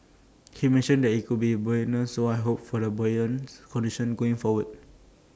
he mentioned that IT could be buoyant so I hope for buoyant conditions going forward